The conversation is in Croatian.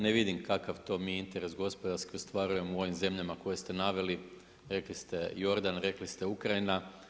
Ne vidim kakav to mi interes gospodarski ostvarujemo u ovim zemljama koje ste naveli, rekli ste Jordan, rekli ste Ukrajina.